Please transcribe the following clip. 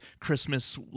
Christmas